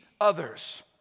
others